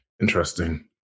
Interesting